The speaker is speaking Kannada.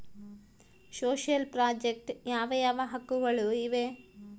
ಸೋಶಿಯಲ್ ಪ್ರಾಜೆಕ್ಟ್ ಯಾವ ಯಾವ ಹಕ್ಕುಗಳು ಇವೆ?